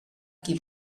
qui